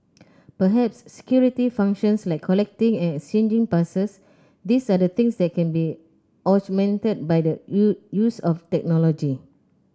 perhaps security functions like collecting and exchanging passes these are things that can be augmented by the you use of technology